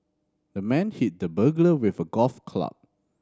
the man hit the burglar with a golf club